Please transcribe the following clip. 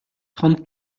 trente